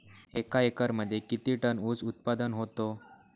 एका एकरमध्ये किती टन ऊस उत्पादन होतो?